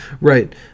Right